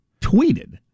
tweeted